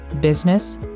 business